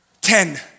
ten